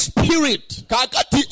Spirit